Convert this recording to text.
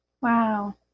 Wow